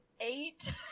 eight